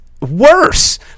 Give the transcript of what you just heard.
worse